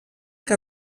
que